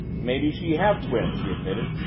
maybe she have twins, he admitted.